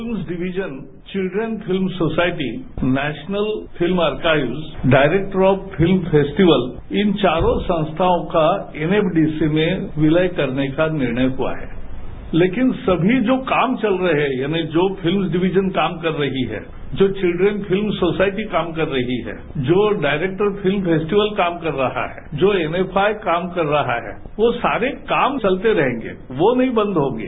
films division children film society national film archives directorate of film festival इन चारों संस्थाओं का एमएफडीसी में विलय करने का निर्णय हुआ है लेकिन सभी जो काम चल रहे हैं यानी जो फिल्मस डिविजन काम कर रही है जो विल्ड्रन फिल्म सोसायटी काम कर रही है जो डायरोक्टेरेट ऑफ फिल्म फोस्टिवल काम कर रहा है जो एनएफआई काम कर रहा है वो सारे काम चलते रहेंगे वो नहीं बंद होंगे